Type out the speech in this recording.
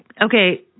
Okay